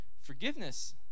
forgiveness